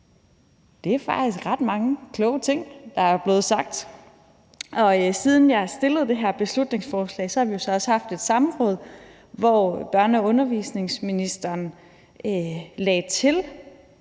Det er faktisk ret mange kloge ting, der er blevet sagt, og siden jeg fremsatte det her beslutningsforslag, har vi jo så også haft et samråd, hvor børne- og undervisningsministeren lagde til